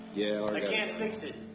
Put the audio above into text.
yeah and i can't fix it.